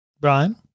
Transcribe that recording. Brian